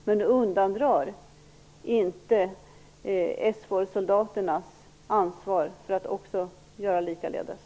Men det undantar inte SFOR-soldaterna från ansvar att också göra likaledes.